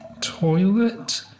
toilet